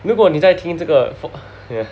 如果你在听这个 for yeah